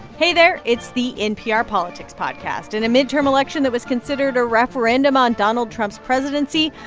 hey there. it's the npr politics podcast. in a midterm election that was considered a referendum on donald trump's presidency,